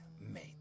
mate